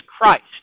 Christ